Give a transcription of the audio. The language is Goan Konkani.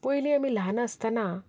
पयलीं आमीं ल्हान आसतना